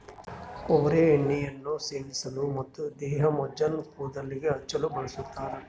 ಕೊಬ್ಬರಿ ಎಣ್ಣೆಯನ್ನು ಸೇವಿಸಲು ಮತ್ತು ದೇಹಮಜ್ಜನ ಕೂದಲಿಗೆ ಹಚ್ಚಲು ಬಳಸ್ತಾರ